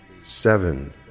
seven